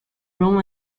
room